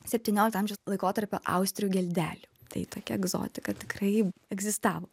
septyniolikto amžiaus laikotarpio austrių geldelių tai tokia egzotika tikrai egzistavo